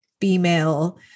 female